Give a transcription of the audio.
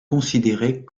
considérées